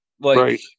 Right